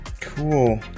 Cool